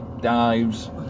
dives